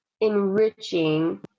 enriching